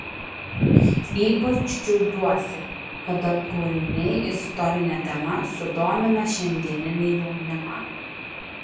ypač džiaugiuosi kada kūriniai istorine tema sudomina šiandieninį jaunimą